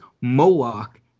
Moloch